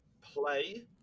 play